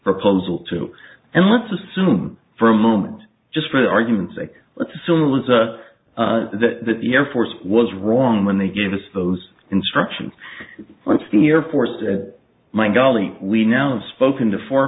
proposal to and let's assume for a moment just for argument's sake let's assume it was a the the air force was wrong when they give us those instructions once the air force said my golly we now have spoken to four or